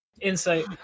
Insight